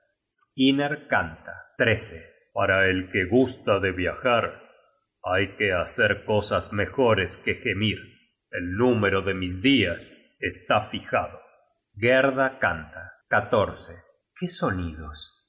skirner canta para el que gusta de viajar hay que hacer cosas mejores que gemir el número de mis dias está fijado gerda canta qué sonidos